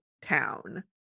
town